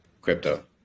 crypto